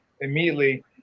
immediately